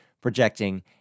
projecting